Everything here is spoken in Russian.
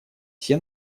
все